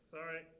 Sorry